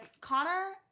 Connor